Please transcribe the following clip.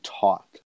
taught